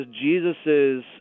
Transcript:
Jesus's